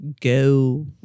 Go